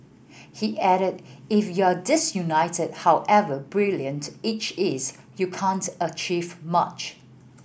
he added if you're disunited however brilliant each is you can't achieve much